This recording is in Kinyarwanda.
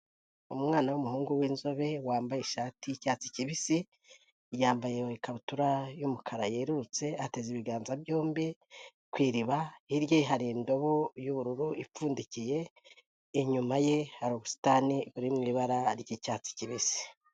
Umwana w'umuhungu w'inzobe wambaye ishati y'icyatsi kibisi, yambaye ikabutura y'umukara yerurutse, ateze ibiganza byombi ku iriba, hirya ye hari indobo y'ubururu ipfundikiye, inyuma ye hari ubusitani buri mu ibara ry'icyatsi kibisi.